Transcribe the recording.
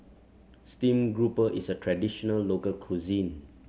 stream grouper is a traditional local cuisine